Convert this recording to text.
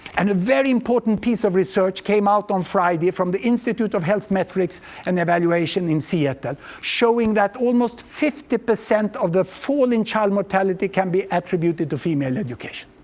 and a very important piece of research came out on friday from the institute of health metrics and evaluation in seattle showing that almost fifty percent of the fall in child mortality can be attributed to female education.